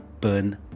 Burn